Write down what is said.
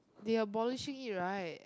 they abolishing it right